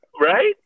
Right